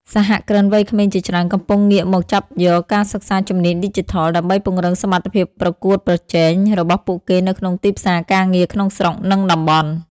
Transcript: សហគ្រិនវ័យក្មេងជាច្រើនកំពុងងាកមកចាប់យកការសិក្សាជំនាញឌីជីថល ដើម្បីពង្រឹងសមត្ថភាពប្រកួតប្រជែងរបស់ពួកគេនៅក្នុងទីផ្សារការងារក្នុងស្រុក និងតំបន់។